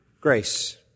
grace